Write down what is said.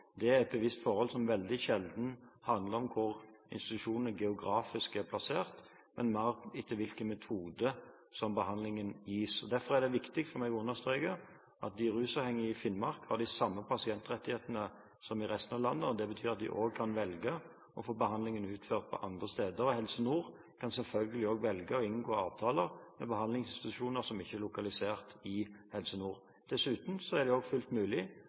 Derfor er det viktig for meg å understreke at de rusavhengige i Finnmark har de samme pasientrettighetene som i resten av landet. Det betyr at de også kan velge å få behandlingen utført andre steder enn i Helse Nord. De kan selvfølgelig også velge å inngå avtaler med behandlingsinstitusjoner som ikke er lokalisert i Helse Nord. Dessuten er det fullt mulig